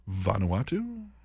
Vanuatu